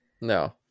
No